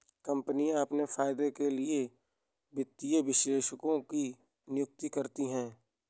कम्पनियाँ अपने फायदे के लिए वित्तीय विश्लेषकों की नियुक्ति करती हैं